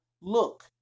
look